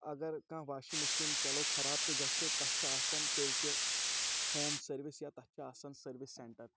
اگر کانٛہہ washing machine چَلو خراب تہِ گژھِ تَتھ چھِ آسان تیٚلہِ تہِ ہوم سٔروِس یا تَتھ چھِ آسان سٔروِس سٮ۪نٹَر